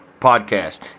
podcast